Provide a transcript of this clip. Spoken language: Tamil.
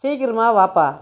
சீக்கிரமா வாப்பா